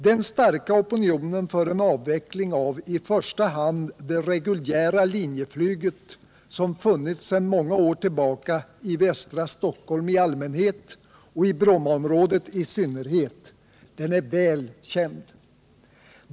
Den starka opinion för en avveckling av i första hand det reguljära linjeflyget som funnits sedan många år i västra Stockholm i allmänhet och i Brommaområdet i synnerhet är väl känd.